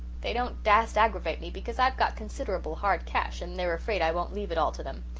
they don't dast aggravate me, because i've got considerable hard cash, and they're afraid i won't leave it all to them.